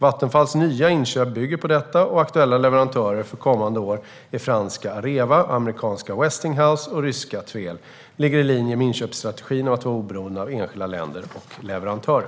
Vattenfalls nya inköp bygger på detta, och aktuella leverantörer för kommande år, franska Areva, amerikanska Westinghouse och ryska TVEL, ligger i linje med inköpsstrategin att vara oberoende av enskilda länder och leverantörer.